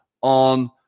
on